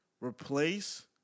replace